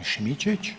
to znači.